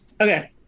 Okay